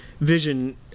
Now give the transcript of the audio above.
vision